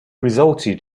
resulted